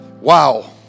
Wow